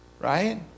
Right